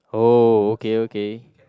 uh okay okay